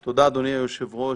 תודה, אדוני היושב-ראש.